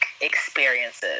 experiences